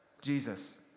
Jesus